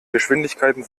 geschwindigkeiten